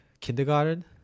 kindergarten